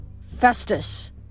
festus